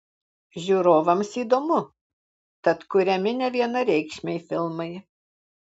žiūrovams įdomu tad kuriami nevienareikšmiai filmai